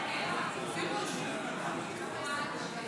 בדבר תוספת תקציב